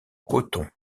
coton